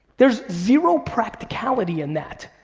there's zero practicality in that.